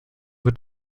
wird